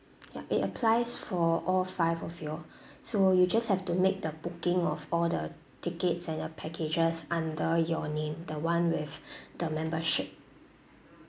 yup it applies for all five of you all so you just have to make the booking of all the tickets and the packages under your name the [one] with the membership